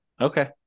Okay